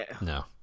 No